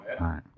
right